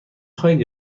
خواهید